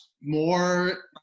more